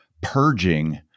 purging